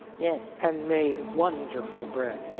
yes. and made wonderful bread. yeah,